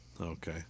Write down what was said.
Okay